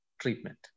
treatment